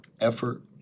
effort